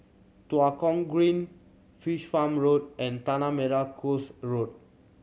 Tua Kong Green Fish Farm Road and Tanah Merah Coast Road